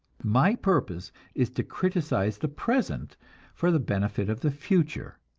my purpose is to criticize the present for the benefit of the future,